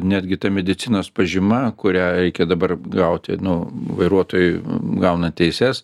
netgi ta medicinos pažyma kurią reikia dabar gauti nu vairuotojai gauna teises